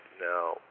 Now